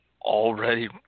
already